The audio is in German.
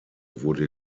wurde